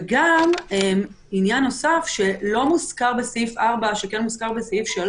וגם עניין נוסף שלא מוזכר בסעיף 4 ומוזכר בסעיף 3